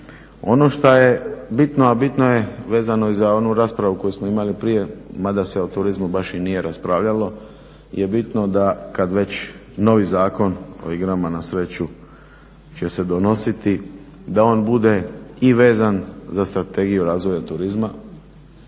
Ono šta je bitno, a bitno je vezano i za onu raspravu koju smo imali prije mada se o turizmu baš i nije raspravljalo je bitno da kad već novi Zakon o igrama na sreću će se donositi da on bude i vezan za Strategiju razvoja turizma.